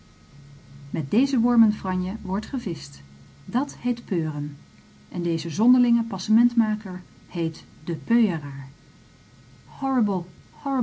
met deze wormenfranje wordt gevischt dat heet peuren en deze zonderlinge passementmaker heet de